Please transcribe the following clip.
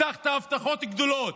הבטחת הבטחות גדולות,